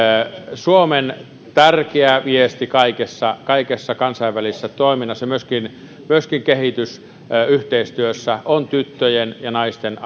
suomen tärkeä viesti kaikessa kaikessa kansainvälisessä toiminnassa ja myöskin myöskin kehitysyhteistyössä on tyttöjen ja naisten